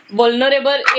vulnerable